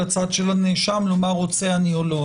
הצד של הנאשם לומר רוצה אני או לא.